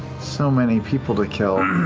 so many people to kill.